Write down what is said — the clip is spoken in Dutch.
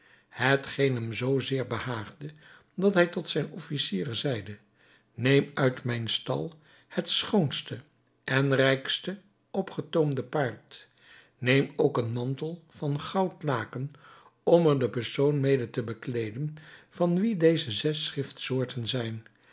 hetgeen hem zoo zeer behaagde dat hij tot zijne officieren zeide neemt uit mijn stal het schoonste en rijkste opgetoomde paard neemt ook een mantel van goudlaken om er den persoon mede te bekleeden van wien deze zes schriftsoorten zijn